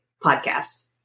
Podcast